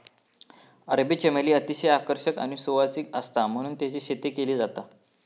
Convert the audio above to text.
अरबी चमेली अतिशय आकर्षक आणि सुवासिक आसता म्हणून तेची शेती केली जाता